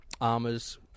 armors